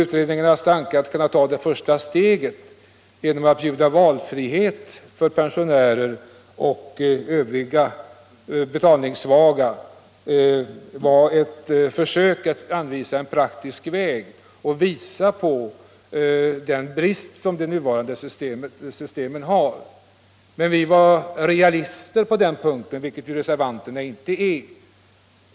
Utredningarnas tanke att ta ett första steg genom att bjuda valfrihet för pensionärer och andra betalningssvaga var ett försök att påvisa bristerna i de nuvarande systemen och att anvisa en praktisk lösning. Men vi var realister på den punkten, vilket reservanterna inte är.